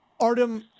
Artem